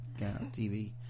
tv